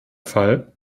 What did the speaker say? fall